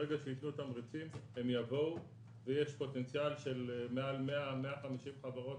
ברגע שייתנו תמריצים הם יבואו ויש פוטנציאל של מעל 150-100 חברות